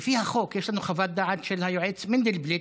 לפי החוק, יש לנו חוות דעת של היועץ מנדלבליט,